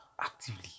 actively